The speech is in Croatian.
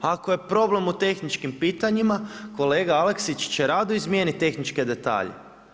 Ako je problem u tehničkim pitanjima, kolega Aleksić će rado izmijeniti tehničke detalje.